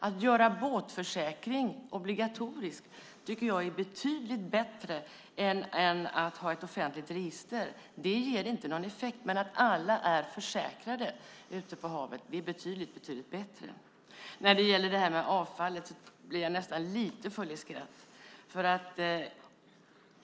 Att göra båtförsäkring obligatorisk tycker jag är betydligt bättre än att ha ett offentligt register. Det ger inte någon effekt, men att alla är försäkrade ute på havet är betydligt bättre. När det gäller avfallet blir jag nästan lite full i skratt.